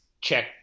Check